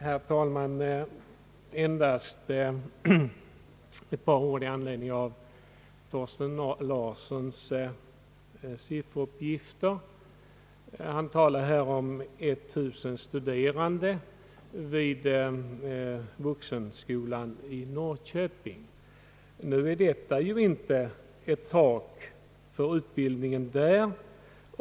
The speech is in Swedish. Herr talman! Jag vill endast säga ett par ord med anledning av Thorsten Larssons sifferuppgifter. Han talar här i Norrköping. Nu är detta inte ett tak för utbildningen där.